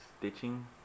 Stitching